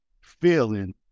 feeling